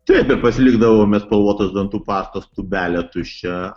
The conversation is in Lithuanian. taip bet pasilikdavome spalvotos dantų pastos tūbelę tuščią